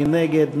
מי נגד?